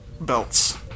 belts